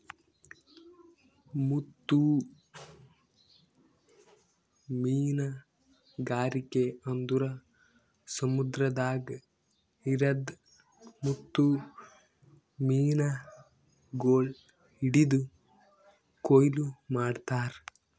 ಮುತ್ತು ಮೀನಗಾರಿಕೆ ಅಂದುರ್ ಸಮುದ್ರದಾಗ್ ಇರದ್ ಮುತ್ತು ಮೀನಗೊಳ್ ಹಿಡಿದು ಕೊಯ್ಲು ಮಾಡ್ತಾರ್